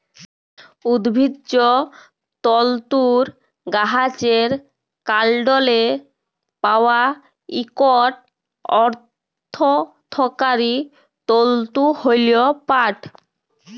উদ্ভিজ্জ তলতুর গাহাচের কাল্ডলে পাউয়া ইকট অথ্থকারি তলতু হ্যল পাট